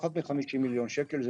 פחות מ-50 מיליון שקלים,